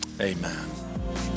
amen